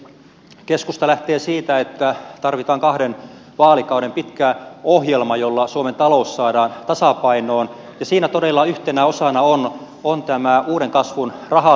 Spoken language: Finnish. keskusta lähtee siitä että tarvitaan kahden vaalikauden pitkä ohjelma jolla suomen talous saadaan tasapainoon ja siinä todella yhtenä osana on tämä uuden kasvun rahasto